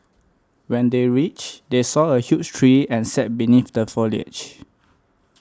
when they reached they saw a huge tree and sat beneath the foliage